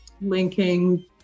linking